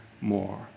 more